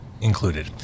included